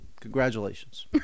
congratulations